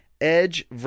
Edge